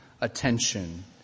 attention